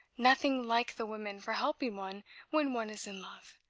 nothing like the women for helping one when one is in love!